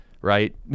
right